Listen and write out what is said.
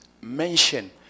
mention